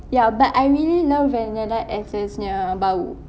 ya but I really love vanilla essence punya bau